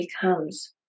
becomes